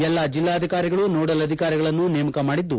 ಎಲ್ಲಾ ಜಿಲ್ಲಾಧಿಕಾರಿಗಳು ನೋಡಲ್ ಅಧಿಕಾರಿಗಳನ್ನು ನೇಮಕ ಮಾಡಿದ್ದು